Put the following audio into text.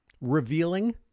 Revealing